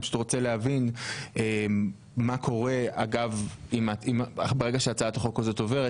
אני פשוט רוצה להבין מה קורה אגב ברגע שהצעת החוק הזאת עוברת,